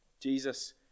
Jesus